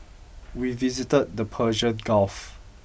we visited the Persian Gulf